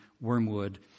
Wormwood